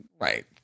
right